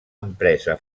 empresa